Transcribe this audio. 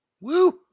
Woo